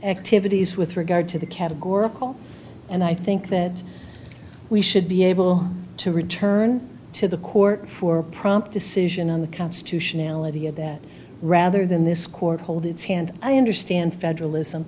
activities with regard to the categorical and i think that we should be able to return to the court for prompt decision on the constitutionality of that rather than this court hold its hand i understand federalism